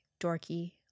dorky